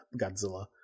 godzilla